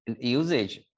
usage